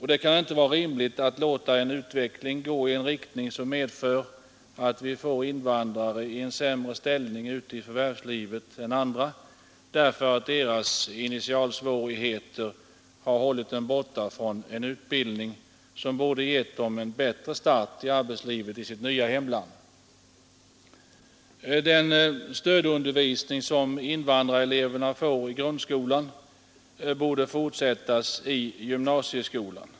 Det kan inte vara rimligt att låta utvecklingen gå i en riktning som medför att invandrarna hamnar i en sämre ställning ute i förvärvslivet än andra, därför att deras initialsvårigheter har hållit dem borta från en utbildning som borde ha gett dem en bättre start i arbetslivet i deras nya hemland. Den stödundervisning som invandrareleverna får i grundskolan borde fortsätta i gymnasieskolan.